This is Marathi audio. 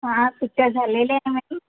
हा सुट्ट्या झालेल्या आहे मॅम